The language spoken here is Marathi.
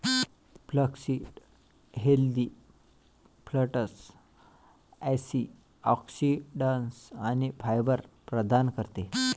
फ्लॅक्ससीड हेल्दी फॅट्स, अँटिऑक्सिडंट्स आणि फायबर प्रदान करते